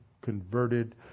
converted